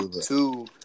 Two